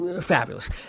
fabulous